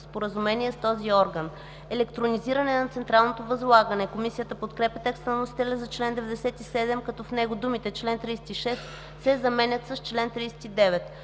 споразумение с този орган.” „Електронизиране на централизираното възлагане”. Комисията подкрепя текста на вносителя за чл. 97, като в него думите „чл. 36” се заменят с „чл. 39”.